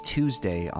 Tuesday